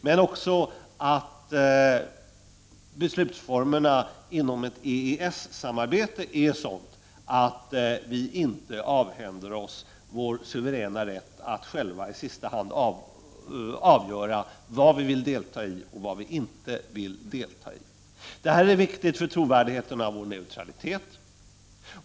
Men det är för det andra även viktigt att beslutsformerna inom ett EES-samarbete är utformade på ett sådant sätt att vi inte avhänder oss vår suveräna rätt att själva i sista hand avgöra vad vi vill delta i och vad vi inte vill delta i. Det är viktigt för trovärdigheten av vår neutralitet.